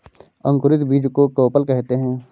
अंकुरित बीज को कोपल कहते हैं